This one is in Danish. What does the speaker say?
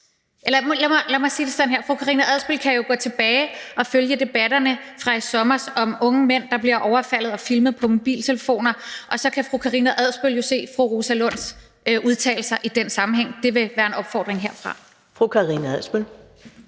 faktisk meget alvorligt. Fru Karina Adsbøl kan jo gå tilbage og følge debatterne fra i sommer om unge mænd, der bliver overfaldet og filmet på mobiltelefoner, og så kan fru Karina Adsbøl se fru Rosa Lunds udtalelser i den sammenhæng. Det vil være en opfordring herfra. Kl. 11:01 Første